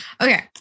Okay